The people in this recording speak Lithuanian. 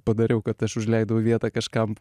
padariau kad aš užleidau vietą kažkam